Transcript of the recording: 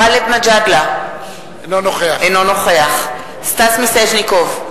גאלב מג'אדלה, אינו נוכח סטס מיסז'ניקוב,